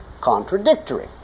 contradictory